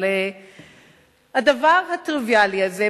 אבל הדבר הטריוויאלי הזה,